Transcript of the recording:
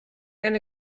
eine